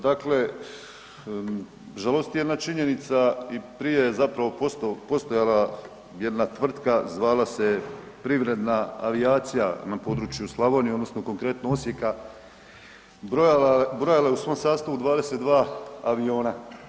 Dakle, žalosti jedna činjenica i prije je postojala jedna tvrtka, zvala se je Privredna avijacija na području Slavonije odnosno konkretno Osijeka, brojala je u svom sastavu 22 aviona.